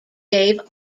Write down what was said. dave